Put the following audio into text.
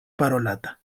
parolata